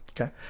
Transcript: Okay